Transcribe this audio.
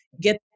get